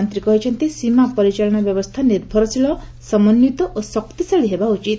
ମନ୍ତ୍ରୀ କହିଛନ୍ତି ସୀମା ପରିଚାଳନା ବ୍ୟବସ୍ଥା ନିର୍ଭରଶୀଳ ସମନ୍ୱିତ ଓ ଶକ୍ତିଶାଳୀ ହେବା ଉଚିତ